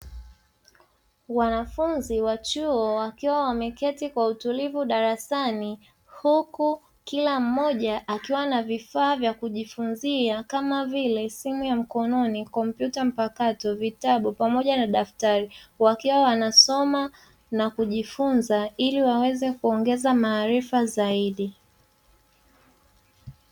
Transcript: Wanafunzi wa chuo wakiwa wameketi kwa utulivu darasani, huku kila mmoja akiwa na vifaa vya kujifunzia kama vile: simu ya mkononi, kompyuta mpakato, vitabu pamoja na daftari; wakiwa wanasoma na kujifunza ili waweze kuongeza maarifa zaidi.